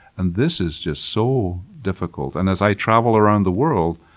and this is just so difficult, and as i travel around the world